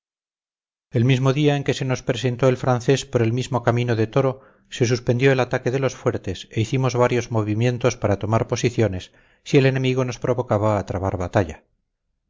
el mismo día en que se nos presentó el francés por el mismo camino de toro se suspendió el ataque de los fuertes e hicimos varios movimientos para tomar posiciones si el enemigo nos provocaba a trabar batalla